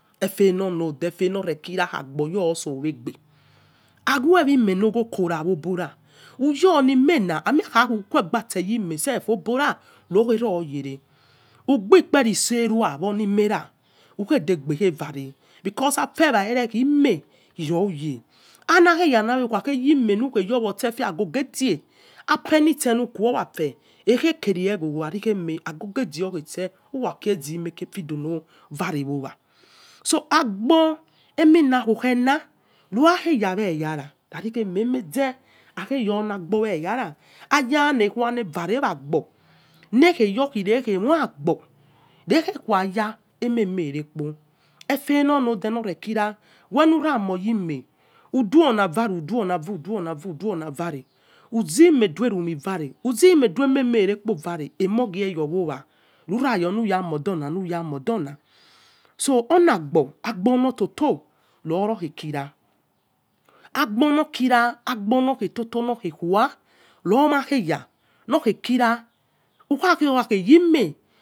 Efe lon lode effe ho kiaci agboyo so wegbe, aikhueme lokho cora obora ukhoniure na aosue ukque bagse huesef obora highuere oyele ugbi kpelaiseiho ukhue ghedebe vare. Because afewa ererne khuye, anaghe yama ukhaghe yime, uyewo se agogo edie afe nise lukhuo afe eghe kere ghogho khaioi khehie agogo edie prhighe sele uwakhy quefidolo vare owa so agbo emina kho okhe luwa ghe ya. Aiya lekhunea leghe vare wagbo nighe moi agbo leghe khuaya ememe rere ekpo, efe lolode hofho kira we lura mo yime uchiola vare, uchiola vare, uduola vare, uzime clu ememe rerekpo vare, emagho yeowa lukha yo. nura modoni lukha modona, so. orlagbo agbo toto, agbo no kira ausolo kira. Aigbo noghe toto loghe ghue ro maghe ya.